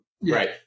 right